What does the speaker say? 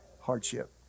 Hardship